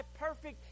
perfect